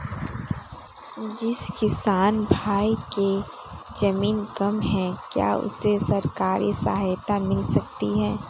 जिस किसान भाई के ज़मीन कम है क्या उसे सरकारी सहायता मिल सकती है?